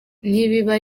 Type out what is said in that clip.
nibiba